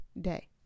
day